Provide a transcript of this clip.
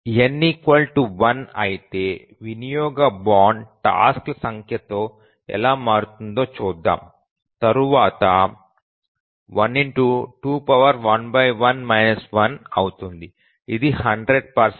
n 1 అయితే వినియోగ bound task ల సంఖ్యతో ఎలా మారుతుందో చూద్దాం తరువాత 1 అవుతుంది ఇది 100